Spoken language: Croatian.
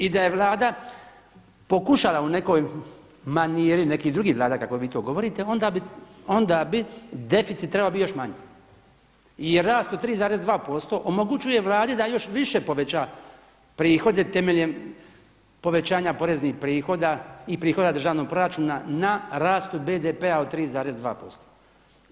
I da je Vlada pokušala u nekoj maniri, nekih drugih Vlada kako vi to govorite onda bi deficit trebao biti još manji i rastu 3,2% omogućuje Vladi da još više poveća prihode temeljem povećanja poreznih prihoda i prihoda državnog proračuna na rastu BDP-a od 3,2%